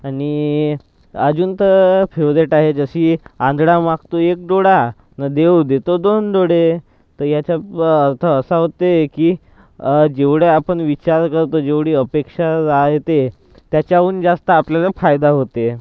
आणि अजून तर फेवरेट आहे जशी आंधळा मागतो एक डोळा न् देव देतो दोन डोळे तर ह्याचा अर्थ असा होते की जेवढे आपण विचार करतो जेवढी अपेक्षा राह्यते त्याच्याहून जास्त आपल्याला फायदा होते